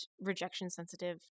rejection-sensitive